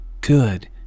Good